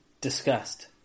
Disgust